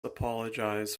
apologize